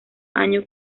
año